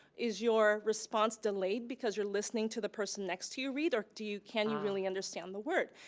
is your response delayed because you're listening to the person next to you read or do you, can you really understand the word?